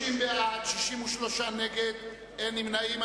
30 בעד, 63 נגד, אין נמנעים.